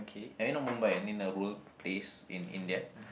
I mean not Mumbai I mean a rural place in India